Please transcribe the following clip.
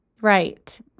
Right